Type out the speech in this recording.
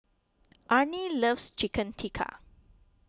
Arnie loves Chicken Tikka